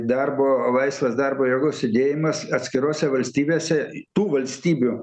darbo laisvas darbo jėgos judėjimas atskirose valstybėse tų valstybių